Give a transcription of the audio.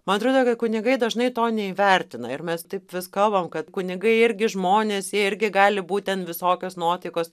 man atrodo kad kunigai dažnai to neįvertina ir mes taip vis kalbam kad kunigai irgi žmonės jie irgi gali būt ten visokios nuotaikos